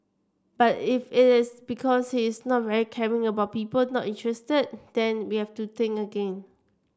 but if it is because he is not very caring about people not interested then we have to think again